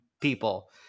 people